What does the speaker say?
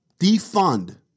Defund